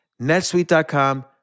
netsuite.com